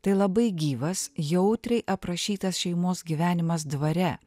tai labai gyvas jautriai aprašytas šeimos gyvenimas dvare